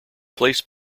placed